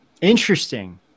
interesting